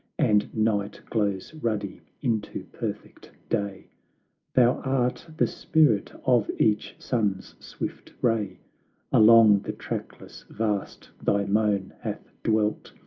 and night glows ruddy into perfect day thou art the spirit of each sun's swift ray along the trackless vast thy moan hath dwelt,